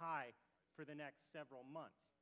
high for the next several months